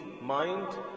mind